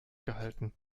gehalten